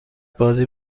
بازی